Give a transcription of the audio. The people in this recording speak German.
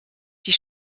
die